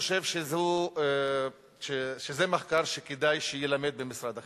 חושב שזה מחקר שכדאי שיילמד במשרד החינוך,